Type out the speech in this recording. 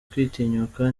kwitinyuka